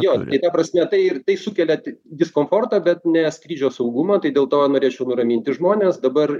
jo ta prasme tai ir tai sukelia diskomfortą bet ne skrydžio saugumą tai dėl to norėčiau nuraminti žmones dabar